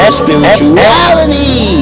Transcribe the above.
spirituality